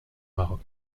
maroc